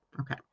Okay